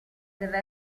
deve